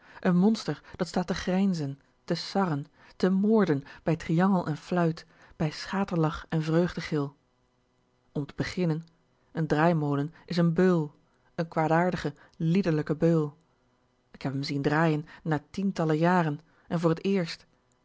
n monster dat staat te grijnzen te sarren te moorden bij triangel en fluit bij schaterlach en vreugdegil om te beginnen een draaimolen is een beul een kwaadaardige liederlijke beul k heb m zien draaien na tièntallen jaren en voor t éérst